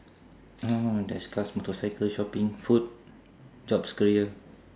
oh there's cars motorcycle shopping food jobs careers